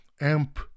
AMP